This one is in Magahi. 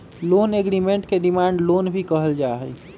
लोन एग्रीमेंट के डिमांड लोन भी कहल जा हई